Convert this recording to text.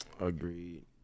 Agreed